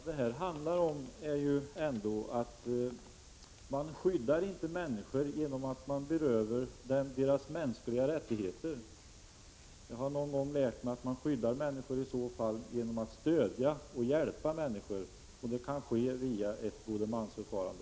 Herr talman! Vad det handlar om är att man inte skyddar människor genom att beröva dem deras mänskliga rättigheter. Jag har någon gång lärt mig att man i så fall skyddar genom att stödja och hjälpa, och det kan ske genom exempelvis ett godmansförfarande.